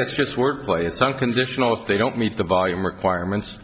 that's just workplace unconditional if they don't meet the volume requirements